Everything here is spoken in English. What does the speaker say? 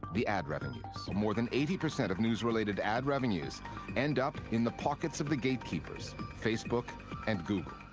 the ad revenues. more than eighty percent of news-related ad revenues end up in the pockets of the gatekeepers facebook and google.